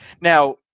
Now